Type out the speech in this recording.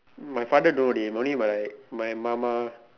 my father no dey only my my மாமா:maamaa